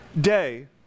day